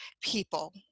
people